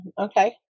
Okay